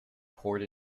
poured